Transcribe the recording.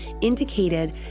indicated